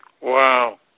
Wow